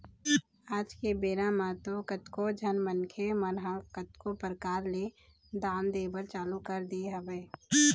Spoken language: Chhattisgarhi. आज के बेरा म तो कतको झन मनखे मन ह कतको परकार ले दान दे बर चालू कर दे हवय